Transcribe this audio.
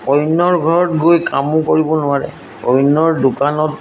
অন্যৰ ঘৰত গৈ কামো কৰিব নোৱাৰে অন্যৰ দোকানত